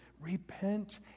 Repent